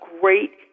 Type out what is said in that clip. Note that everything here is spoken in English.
great